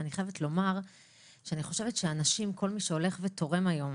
אני חייבת לומר שאני חושבת שכל מי שהולך ותורם היום